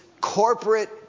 corporate